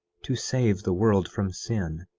to save the world from sin.